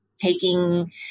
taking